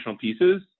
pieces